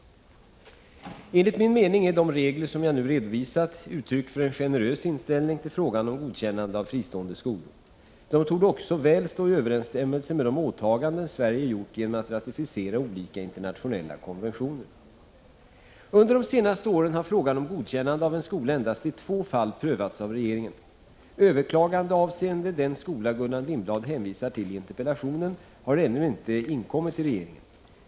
Enligt min mening är de regler som jag nu redovisat uttryck för en generös inställning till frågan om godkännande av fristående skolor. De torde också väl stå i överensstämmelse med de åtaganden Sverige gjort genom att ratificera olika internationella konventioner. Under de senaste åren har frågan om godkännande av en skola endast i två fall prövats av regeringen. Överklagande avseende den skola Gullan Lindblad hänvisar till i interpellationen har ännu inte inkommit till regeringen.